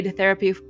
therapy